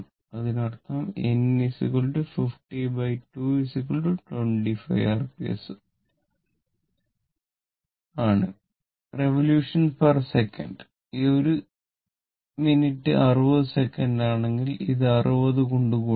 അതിനർത്ഥം n 502 25 rps അതാണ് റിവൊല്യൂഷൻസെക്കന്റ്revolutionsec ഒരു മിനിറ്റ് 60 സെക്കൻഡ് ആണെങ്കിൽ ഇത് 60 കൊണ്ട് ഗുണിക്കുക